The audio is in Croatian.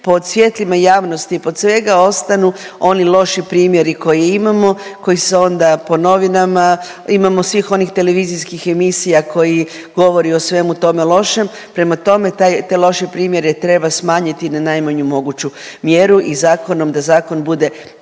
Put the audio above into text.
pod svjetlima javnosti, pod svega ostanu oni loši primjeri koje imamo, koji se onda po novinama, imamo svih onih televizijskih emisija koji govori o svemu tome lošem. Prema tome, te loše primjere treba smanjiti na najmanju moguću mjeru i zakonom, da zakon bude